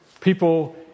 People